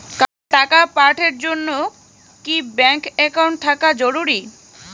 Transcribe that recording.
কাউকে টাকা পাঠের জন্যে কি ব্যাংক একাউন্ট থাকা জরুরি?